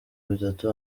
bitatu